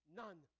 none